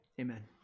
amen